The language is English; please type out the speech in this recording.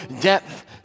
depth